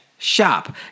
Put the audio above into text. Shop